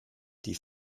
die